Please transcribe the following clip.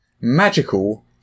Magical